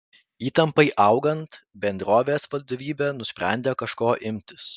įtampai augant bendrovės vadovybė nusprendė kažko imtis